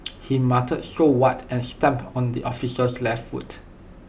he muttered so what and stamped on the officer's left foot